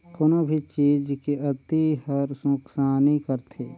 कोनो भी चीज के अती हर नुकसानी करथे